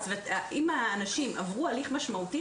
אם האנשים עברו תהליך משמעותי,